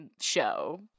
show